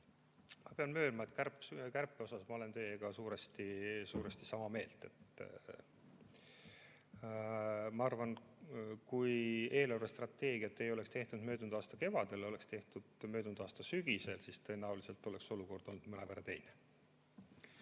Ma pean möönma, et kärpe osas ma olen teiega suuresti sama meelt. Ma arvan, kui eelarvestrateegiat ei oleks tehtud möödunud aasta kevadel, oleks tehtud möödunud aasta sügisel, siis tõenäoliselt oleks olukord olnud mõnevõrra teine.